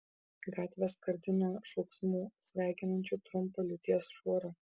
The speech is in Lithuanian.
gatvė skardi nuo šauksmų sveikinančių trumpą liūties šuorą